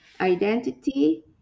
identity